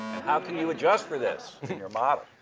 and how can you adjust for this in your model?